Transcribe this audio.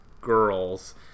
girls